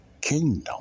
kingdom